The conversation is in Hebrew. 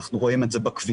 אנחנו רואים את זה בכבישים.